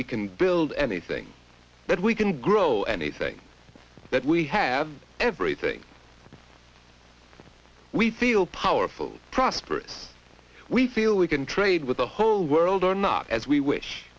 we can build anything that we can grow anything that we have everything we feel powerful prosperous we feel we can trade with the whole world or not as we wish